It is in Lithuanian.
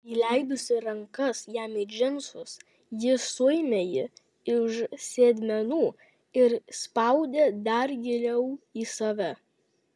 įleidusi rankas jam į džinsus ji suėmė jį už sėdmenų ir spaudė dar giliau į save